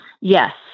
Yes